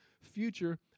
future